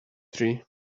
tree